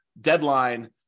deadline